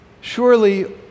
Surely